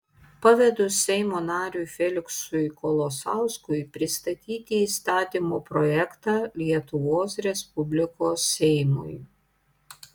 pavedu seimo nariui feliksui kolosauskui pristatyti įstatymo projektą lietuvos respublikos seimui